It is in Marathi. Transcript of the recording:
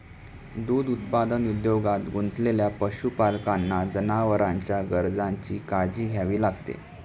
दूध उत्पादन उद्योगात गुंतलेल्या पशुपालकांना जनावरांच्या गरजांची काळजी घ्यावी लागते